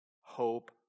hope